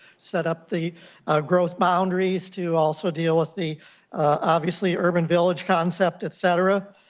set up the growth boundaries to also deal with the obviously urban village concept, etc,